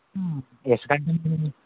ఇసుక అంటే